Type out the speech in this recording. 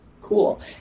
Cool